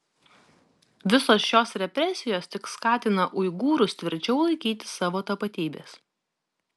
visos šios represijos tik skatina uigūrus tvirčiau laikytis savo tapatybės